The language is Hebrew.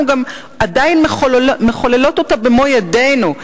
אנחנו גם עדיין מחוללות אותה במו ידינו.